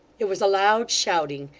it was a loud shouting,